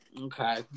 Okay